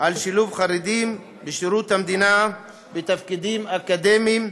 על שילוב חרדים בשירות המדינה בתפקידים אקדמיים,